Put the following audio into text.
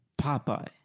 Popeye